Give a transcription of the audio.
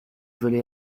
volets